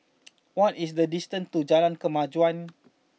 what is the distance to Jalan Kemajuan